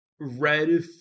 red